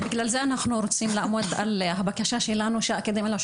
בגלל זה אנחנו רוצים לעמוד על הבקשה שלנו שהאקדמיה ללשון